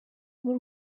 b’u